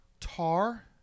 Tar